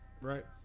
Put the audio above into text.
Right